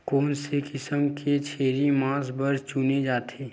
कोन से किसम के छेरी मांस बार चुने जाथे?